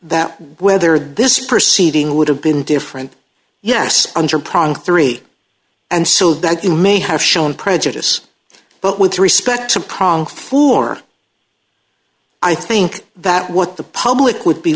that whether this proceeding would have been different yes under pronk three and so that you may have shown prejudice but with respect to prong for i think that what the public